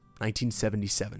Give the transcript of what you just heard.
1977